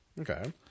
Okay